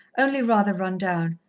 only rather run down.